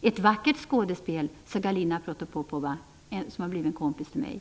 Det var ett vackert skådespel, sade Galina Protopopova, mamma till två barn och som blivit en kompis till mig.